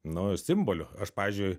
nu simboliu aš pavyzdžiui